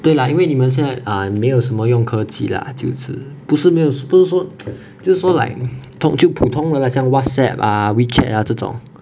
对啦因为你们现在 ah 没有什么用科技啦就是不是没有不是说就是说 like 通就普通的像 whatsapp ah wechat ah 这种